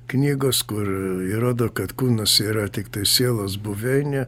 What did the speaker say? knygos kur įrodo kad kūnas yra tiktai sielos buveinė